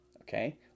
okay